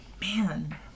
man